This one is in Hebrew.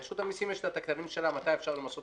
לרשות המסים יש את הכללים שלה מתי אפשר למסות